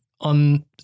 On